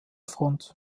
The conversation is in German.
front